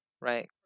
right